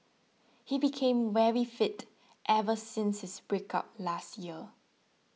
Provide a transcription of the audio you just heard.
he became very fit ever since his breakup last year